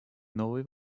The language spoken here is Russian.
новые